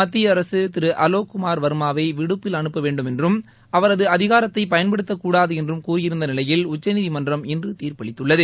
மத்திய அரசு திரு அலோக்குமார் வாமாவை விடுப்பில் அனுப்ப வேண்டும் என்றும் அவரது அதிகாரத்தை பயன்படுத்தக்கூடாது என்றும் கூறியிருந்த நிலையில் உச்சநீதிமன்றம் இன்று தீாப்பளித்துள்ளது